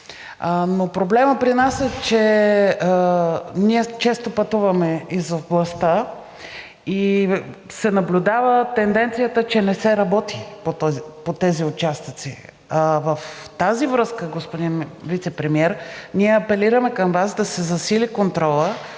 Но проблемът при нас е, че ние често пътуваме из областта и се наблюдава тенденцията, че не се работи по тези участъци. В тази връзка, господин Вицепремиер, ние апелираме към Вас да се засили контролът